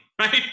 right